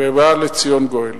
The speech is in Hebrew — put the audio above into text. ובא לציון גואל.